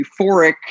euphoric